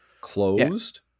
closed